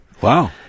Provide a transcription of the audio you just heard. Wow